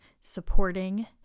supporting